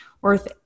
worth